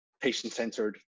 patient-centered